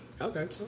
Okay